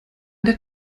der